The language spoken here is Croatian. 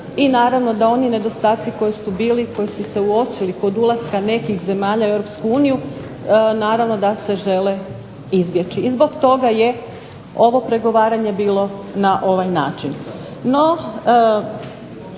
i naravno da oni nedostaci koji su bili koji su se uočili kod ulaska nekih zemalja u EU naravno da se žele izbjeći. I zbog toga je ovo pregovaranje bilo na ovaj način.